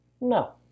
No